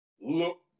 look